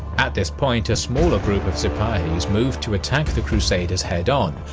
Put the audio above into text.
at this point, a smaller group of sipahis moved to attack the crusaders head-on,